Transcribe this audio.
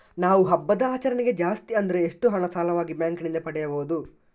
ನಾವು ಹಬ್ಬದ ಆಚರಣೆಗೆ ಜಾಸ್ತಿ ಅಂದ್ರೆ ಎಷ್ಟು ಹಣ ಸಾಲವಾಗಿ ಬ್ಯಾಂಕ್ ನಿಂದ ಪಡೆಯಬಹುದು?